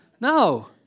No